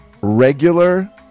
regular